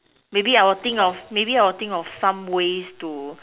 maybe I will think of maybe I will think of some ways to